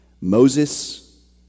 Moses